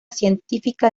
científica